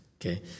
okay